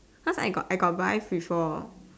cause I got I got buy before